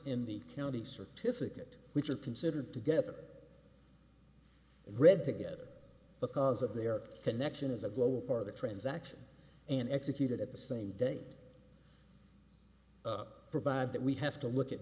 in the county certificate which are considered together read together because of their connection is a global part of the transaction and executed at the same day provided that we have to look at